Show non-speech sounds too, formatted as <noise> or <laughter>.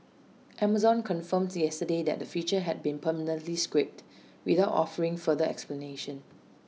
Amazon confirmed yesterday that the feature had been permanently scrapped <noise> without offering further explanation